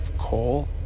coal